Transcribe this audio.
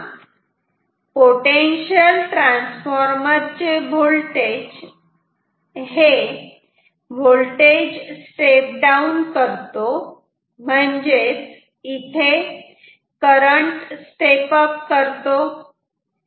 इथे पहा potential transformer voltage step down करतो म्हणजेच करंट स्टेप अप करतो